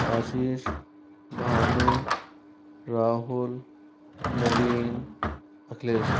Ashish Bhanu Rahul Naveen Akhilesh